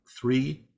three